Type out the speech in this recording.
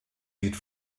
sieht